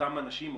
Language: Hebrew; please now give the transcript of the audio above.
אותם אנשים,